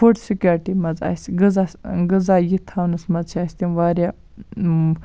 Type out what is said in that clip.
food security مَنز اَسہِ غذا غذا یہِ تھاونَس منٛز چھِ اَسہِ تِم واریاہ